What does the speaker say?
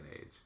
age